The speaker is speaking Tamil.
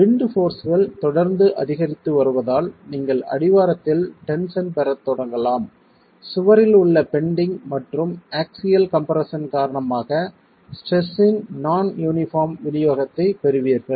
விண்ட் போர்ஸ்கள் தொடர்ந்து அதிகரித்து வருவதால் நீங்கள் அடிவாரத்தில் டென்ஷன் பெறத் தொடங்கலாம் சுவரில் உள்ள பெண்டிங் மற்றும் ஆக்சியல் கம்ப்ரெஸ்ஸன் காரணமாக ஸ்ட்ரெஸ் இன் நான் யூனிபார்ம் விநியோகத்தைப் பெறுவீர்கள்